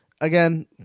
again